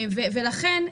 לכן,